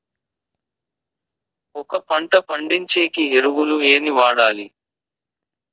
ఒక పంట పండించేకి ఎరువులు ఏవి వాడాలి?